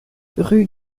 rue